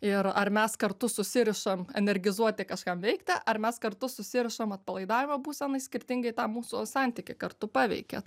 ir ar mes kartu susirišam energizuoti kažką veikti ar mes kartu susirašam atpalaidavimo būsenai skirtingai tą mūsų santykį kartu paveikia